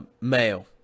male